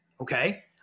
okay